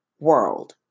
world